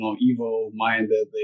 evil-minded